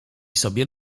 sobie